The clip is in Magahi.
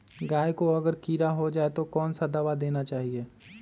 गाय को अगर कीड़ा हो जाय तो कौन सा दवा देना चाहिए?